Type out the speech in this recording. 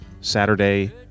Saturday